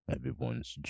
Everyone's